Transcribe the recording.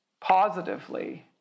positively